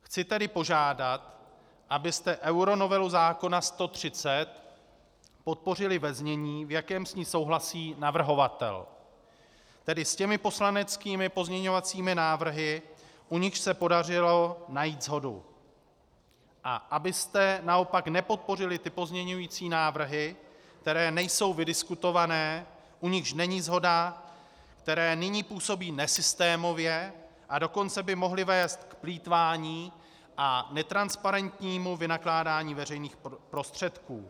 Chci tedy požádat, abyste euronovelu zákona 130 podpořili ve znění, v jakém s ní souhlasí navrhovatel, tedy s těmi poslaneckými pozměňovacími návrhy, u nichž se podařilo najít shodu, a abyste naopak nepodpořili ty pozměňující návrhy, které nejsou vydiskutované, u nichž není shoda, které nyní působí nesystémově, dokonce by mohly vést k plýtvání a netransparentnímu vynakládání veřejných prostředků.